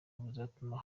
buzatuma